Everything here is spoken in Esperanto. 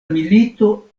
milito